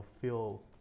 feel